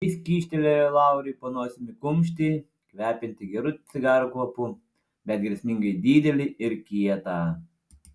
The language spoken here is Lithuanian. jis kyštelėjo lauriui po nosimi kumštį kvepiantį gerų cigarų kvapu bet grėsmingai didelį ir kietą